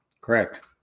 Correct